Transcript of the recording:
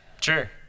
Sure